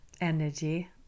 energy